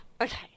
Okay